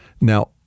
Now